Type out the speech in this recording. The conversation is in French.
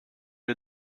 les